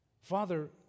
Father